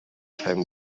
time